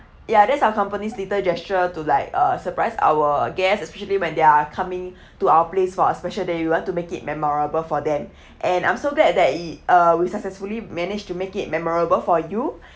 ya that's our company's little gesture to like uh surprise our guest especially when they're coming to our place for a special day we want to make it memorable for them and I'm so glad that it uh we successfully managed to make it memorable for you